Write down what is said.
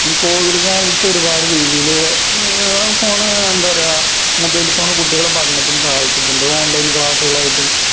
ഈ കോവിഡ് കാലത്ത് ഒരുപാട് രീതിയില് ഫോണ് എന്താണു പറയുക മൊബൈൽ ഫോണ് കുട്ടികളെ പഠനത്തിന് സഹായിച്ചിട്ടുണ്ട് ഓൺലൈൻ ക്ലാസുകളായിട്ടും